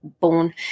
born